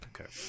Okay